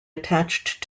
attached